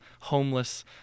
homeless